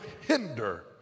hinder